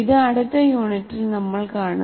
ഇത് അടുത്ത യൂണിറ്റിൽ നമ്മൾ കാണും